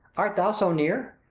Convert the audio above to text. art thou so near?